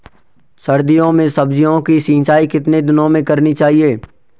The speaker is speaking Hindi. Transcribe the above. सर्दियों में सब्जियों की सिंचाई कितने दिनों में करनी चाहिए?